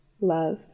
love